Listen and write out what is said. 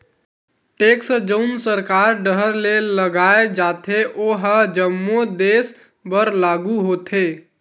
tax जउन सरकार डाहर ले लगाय जाथे ओहा जम्मो देस बर लागू होथे